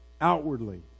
outwardly